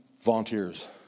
volunteers